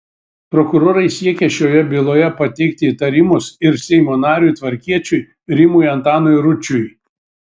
prokurorai siekia šioje byloje pateikti įtarimus ir seimo nariui tvarkiečiui rimui antanui ručiui